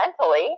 mentally